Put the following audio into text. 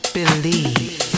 believe